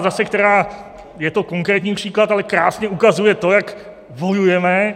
Zase je to konkrétní příklad, ale krásně ukazuje to, jak bojujeme.